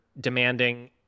demanding